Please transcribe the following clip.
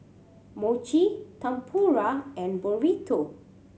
Mochi Tempura and Burrito